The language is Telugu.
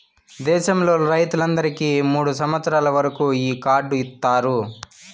దేశంలో రైతులందరికీ మూడు సంవచ్చరాల వరకు ఈ కార్డు ఇత్తారు